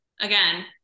again